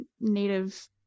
Native